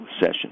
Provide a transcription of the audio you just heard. session